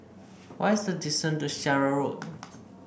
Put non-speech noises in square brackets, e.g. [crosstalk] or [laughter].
what is the distance to Syariah [unintelligible]